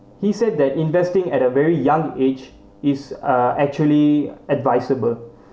he said that investing at a very young age is uh actually advisable